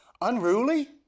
Unruly